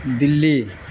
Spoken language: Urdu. دلی